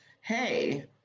hey